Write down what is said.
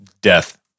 death